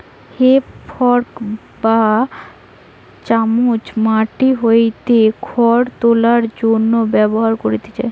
হে fork বা চামচ মাটি হইতে খড় তোলার জন্য ব্যবহার করতিছে